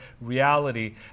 reality